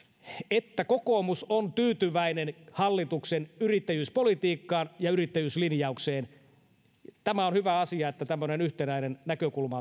että kokoomus on tyytyväinen hallituksen yrittäjyyspolitiikkaan ja yrittäjyyslinjaukseen on hyvä asia että tämmöinen yhtenäinen näkökulma